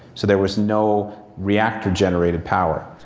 so there was no reactor generated power.